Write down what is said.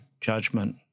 judgment